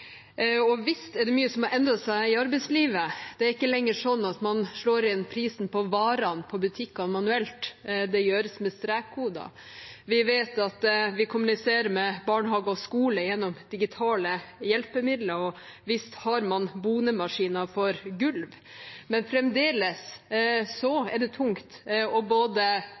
lovverk. Visst er det mye som har endret seg i arbeidslivet. Det er ikke lenger slik at man slår inn prisen på varene på butikken manuelt, det gjøres med strekkoder. Vi vet at vi kommuniserer med barnehage og skole gjennom digitale hjelpemidler, og visst har man bonemaskiner for gulv. Men fremdeles er det tungt både å løfte opp varer i hyllene og